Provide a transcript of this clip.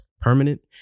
permanent